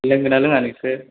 लोंगोन ना लोङा नोंसोरो